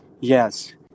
Yes